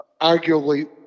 arguably